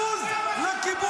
בוז לכם.